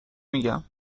میگم